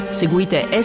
seguite